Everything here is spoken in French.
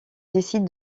décide